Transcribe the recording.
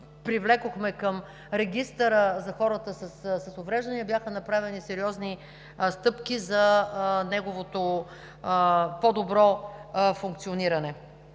привлякохме към Регистъра за хората с увреждания, бяха направени сериозни стъпки за неговото по-добро функциониране.